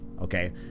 okay